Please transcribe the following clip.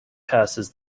passes